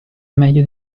meglio